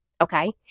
okay